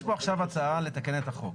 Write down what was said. יש פה עכשיו הצעה לתקן את החוק.